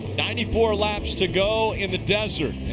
ninety four laps to go in the desert.